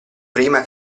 prima